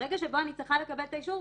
ברגע שבו אני צריכה לקבל את האישור,